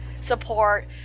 support